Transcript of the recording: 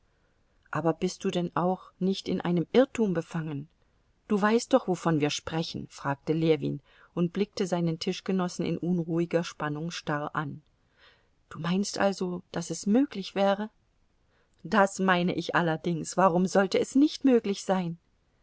aber bist du auch nicht in einem irrtum befangen du weißt doch wovon wir sprechen fragte ljewin und blickte seinen tischgenossen in unruhiger spannung starr an du meinst also daß es möglich wäre das meine ich allerdings warum sollte es nicht möglich sein